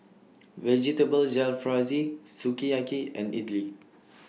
Vegetable Jalfrezi Sukiyaki and Idili